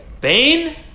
Bane